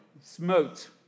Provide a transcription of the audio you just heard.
Smote